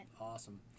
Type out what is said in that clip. Awesome